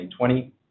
2020